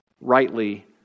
rightly